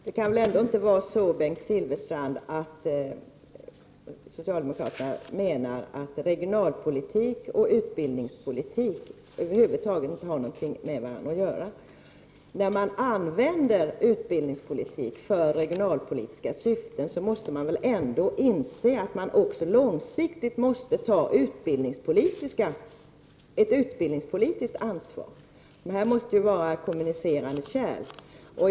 Fru talman! Socialdemokraterna menar väl ändå inte, Bengt Silfverstrand, att regionalpolitiken och utbildningspolitiken över huvud taget inte har någonting med varandra att göra? När man använder utbildningspolitik för regionalpolitiska syften, måste man väl ändå inse att det är nödvändigt att också långsiktigt ta ett utbildningspolitiskt ansvar. Det här måste ju vara kommunicerande kärl.